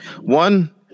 One